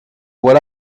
voient